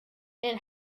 and